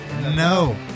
no